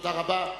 תודה רבה.